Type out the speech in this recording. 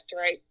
right